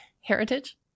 heritage